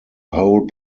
whole